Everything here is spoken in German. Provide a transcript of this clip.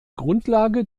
grundlage